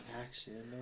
action